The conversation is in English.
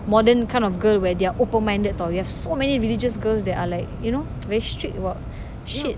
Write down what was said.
modern kind of girl where they are open-minded [tau] you have so many religious girls that are like you know very strict about shit